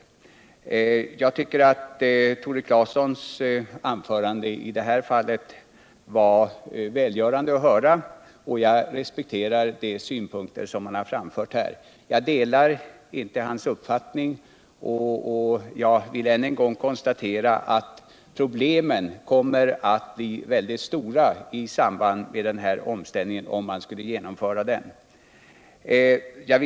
Det var välgörande att höra Tore Claesons anförande i detta fall. och jag respekterar de synpunkter han här har framfört. Jag delar inte hans uppfattning och vill än en gång konstatera att problemen kommer att bli mycket stora i samband med genomförandet av en omställning.